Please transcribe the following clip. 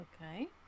Okay